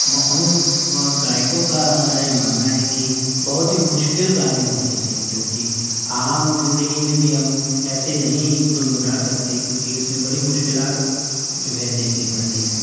ان گائکوں کا ہمارا یہ ماننا ہے کہ بہت ہی مشکل گانے ہوتے تھے جوکہ عام زندگی میں بھی ہم ایسے نہیں گنگنا سکتے کیونکہ اس میں بڑی مشکلات جو ہے دیکھنی پڑتی ہے